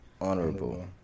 honorable